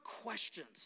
questions